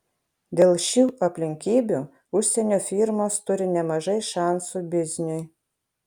dėl šių aplinkybių užsienio firmos turi nemažai šansų bizniui